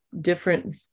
different